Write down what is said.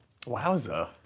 Wowza